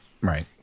Right